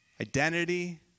identity